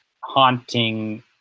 haunting